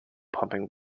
pumping